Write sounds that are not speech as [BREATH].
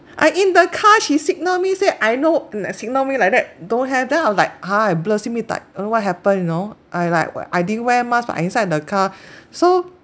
I in the car she signal me say I no and signal me like that don't have then I was like !huh! I blur simi tai I don't know what happened you know I like we~ I didn't wear mask but I inside the car [BREATH] so